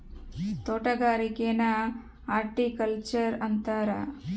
ತೊಟಗಾರಿಕೆನ horticulture ಅಂತಾರ